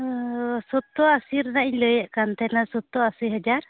ᱚᱻ ᱥᱚᱛᱛᱳᱨ ᱟᱥᱤ ᱨᱮᱱᱟᱜ ᱤᱧ ᱞᱟᱹᱭᱮᱫ ᱠᱟᱱ ᱛᱟᱦᱮᱱᱟ ᱥᱚᱛᱛᱳᱨ ᱟᱥᱤ ᱦᱟᱡᱟᱨ